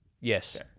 Yes